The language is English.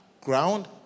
ground